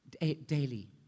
daily